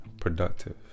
productive